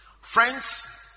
Friends